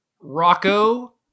rocco